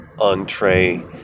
entree